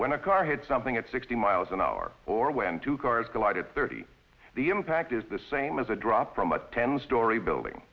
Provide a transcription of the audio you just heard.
when a car hit something at sixty miles an hour or when two cars collided thirty the impact is the same as a drop from a ten story building